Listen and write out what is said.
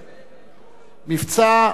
"מבצע האלף",